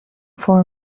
for